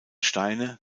steine